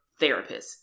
therapists